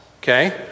okay